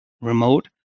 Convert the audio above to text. remote